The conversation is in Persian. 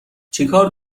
چیکار